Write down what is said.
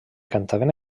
cantaven